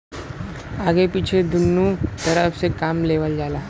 आगे पीछे दुन्नु तरफ से काम लेवल जाला